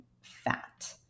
fat